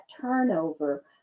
turnover